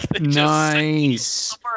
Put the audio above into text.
nice